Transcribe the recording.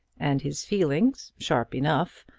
and his feelings, sharp enough,